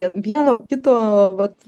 dėl vieno kito vat